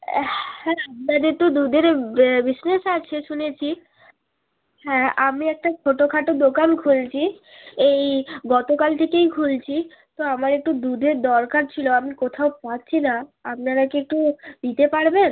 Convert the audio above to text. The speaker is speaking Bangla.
হ্যাঁ আপনাদের তো দুধের বিজনেস আছে শুনেছি হ্যাঁ আমি একটা ছোটো খাটো দোকান খুলছি এই গতকাল থেকেই খুলছি তো আমার একটু দুধের দরকার ছিলো আমি কোথাও পাচ্ছি না আপনারা কি একটু দিতে পারবেন